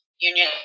union